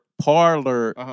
parlor